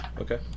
Okay